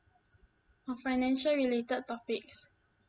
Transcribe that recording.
on financial related topics